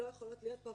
הן לא יכולות להיות פה,